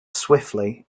swiftly